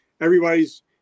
everybody's